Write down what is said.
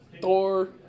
Thor